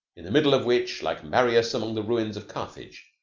in the middle of which, like marius among the ruins of carthage,